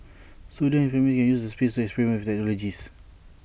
students and families can use the space experiment with technologies